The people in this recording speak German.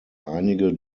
einige